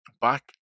back